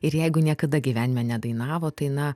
ir jeigu niekada gyvenime nedainavo tai na